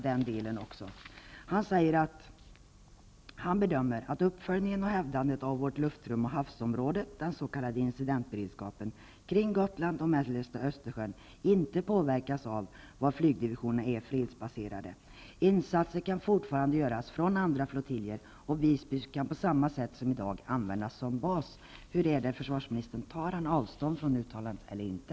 Jag vill också citera vad ÖB nyss har uttalat om vår incidentberedskap: ''Överbefälhavaren bedömer att uppföljningen och hävdande av luftrummet och havsområdet Östersjön inte påverkas av var flygdivisionerna är fredsbaserade. Insatser kan fortfarande göras från andra flottiljer och Visby kan på samma sätt som idag användas som bas.'' Tar försvarsministern avstånd från det uttalandet eller inte?